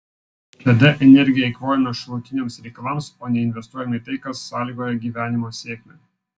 tada energiją eikvojame šalutiniams reikalams o neinvestuojame į tai kas sąlygoja gyvenimo sėkmę